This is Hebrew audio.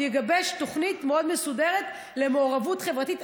תגבש תוכנית מאוד מסודרת למעורבות חברתית,